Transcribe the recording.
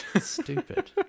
stupid